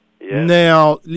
Now